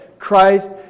Christ